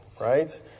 right